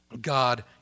God